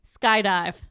Skydive